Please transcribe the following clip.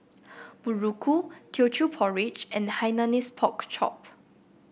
muruku Teochew Porridge and Hainanese Pork Chop